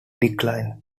decline